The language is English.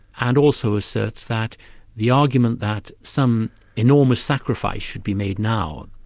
and also asserts that the argument that some enormous sacrifice should be made now,